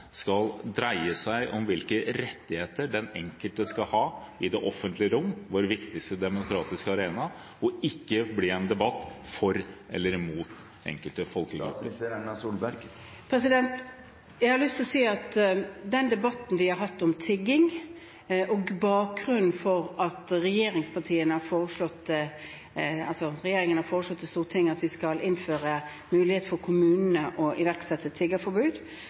skal dreie seg om hvilke rettigheter den enkelte skal ha i det offentlige rom – vår viktigste demokratiske arena – og ikke bli en debatt for eller imot enkelte folkegrupper? Jeg har lyst å si at den debatten vi har hatt om tigging, og bakgrunnen for at regjeringen har foreslått i Stortinget at vi skal innføre mulighet for kommunene til å iverksette